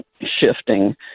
shifting